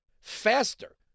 faster